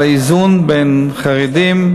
על האיזון בין חרדים,